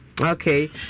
Okay